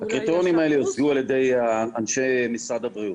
הקריטריונים האלה יוצגו על ידי אנשי משרד הבריאות.